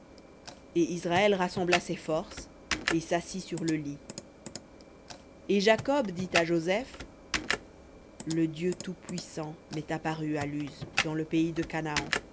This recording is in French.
et israël rassembla ses forces et s'assit sur le lit et jacob dit à joseph le dieu tout-puissant m'est apparu à luz dans le pays de canaan